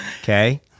Okay